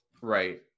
Right